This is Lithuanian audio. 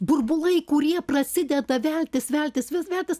burbulai kurie prasideda veltis veltis vis veltis